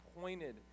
pointed